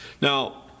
Now